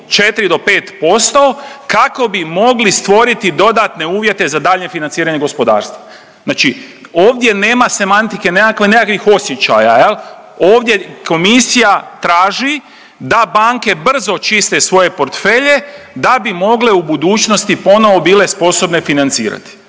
4 do 5% kako bi mogli stvoriti dodatne uvjete za daljnje financiranje gospodarstva. Znači ovdje nema semantike, nema nekakvih osjećaja, jel. Ovdje komisija traži da banke brzo čiste svoje portfelje da bi mogle u budućnosti ponovno bile sposobne financirati.